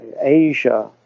Asia